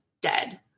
dead